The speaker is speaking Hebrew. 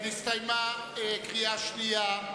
הסתיימה קריאה שנייה.